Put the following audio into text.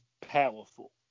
powerful